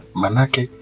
manake